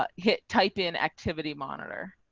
ah hit type in activity monitor